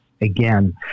again